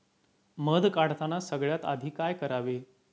मध काढताना सगळ्यात आधी काय करावे?